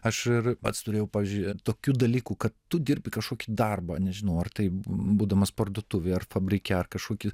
aš ir pats turėjau pavyzdžiui tokių dalykų kad tu dirbi kažkokį darbą nežinau ar tai būdamas parduotuvėj ar fabrike ar kažkokį